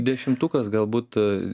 dešimtukas galbūt